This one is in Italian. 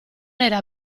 era